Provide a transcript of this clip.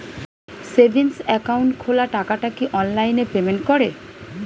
Savings account খোলা টাকাটা কি অনলাইনে পেমেন্ট করে?